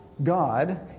God